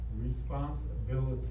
responsibility